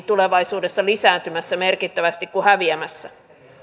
tulevaisuudessa pikemminkin lisääntymässä merkittävästi kuin häviämässä